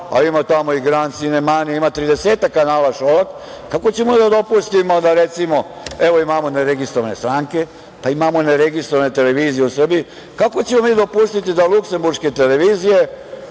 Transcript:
a ima tamo i „Grand“, „Sinemanija“, ima tridesetak kanala Šolak, kako ćemo da dopustimo da recimo, evo imamo ne registrovane stranke, imamo ne registrovane televizije u Srbiji, kako ćemo mi dopustiti da luksemburške televizije